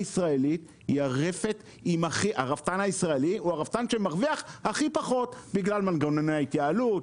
הישראלי הוא הרפתן שמרוויח הכי פחות בגלל מנגנוני ההתייעלות,